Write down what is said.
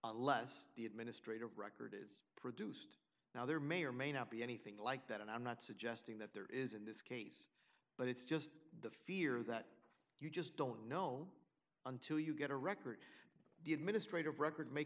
unless the administrative record is produced now there may or may not be anything like that and i'm not suggesting that there is in this case but it's just the fear that you just don't know until you get a record the administrative record ma